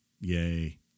Yay